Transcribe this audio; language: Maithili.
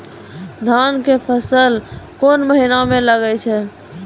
धान के फसल कोन महिना म लागे छै?